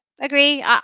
agree